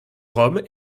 rome